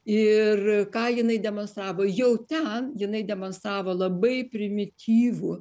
ir ką jinai demonstravo jau ten jinai demonstravo labai primityvų